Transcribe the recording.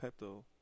Pepto